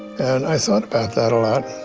and i thought about that a lot